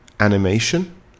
animation